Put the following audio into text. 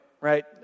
right